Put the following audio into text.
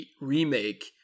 remake